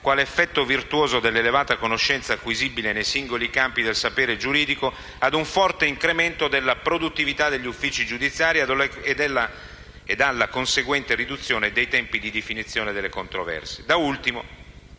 quale effetto virtuoso dell'elevata conoscenza acquisibile nei singoli campi del sapere giuridico, ad un forte incremento della produttività degli uffici giudiziari ed alla conseguente riduzione dei tempi di definizione delle controversie.